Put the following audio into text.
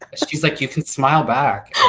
she's like you can smile back.